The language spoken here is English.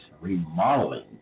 remodeling